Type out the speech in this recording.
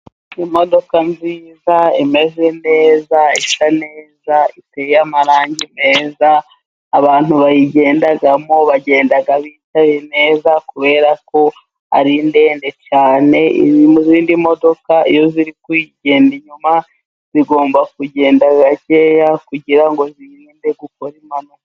Imodoka nziza imeze neza, isa neza, iteye amarangi meza, abantu bayigendamo bagenda bicaye neza, kubera ko ari ndende cyane, izindi modoka iyo ziri kuyigenda inyuma, zigomba kugenda gakeya, kugirango zirinde gukora impanuka.